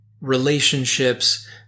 relationships